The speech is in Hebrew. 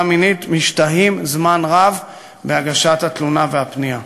מינית משתהים זמן רב בהגשת התלונה והפנייה.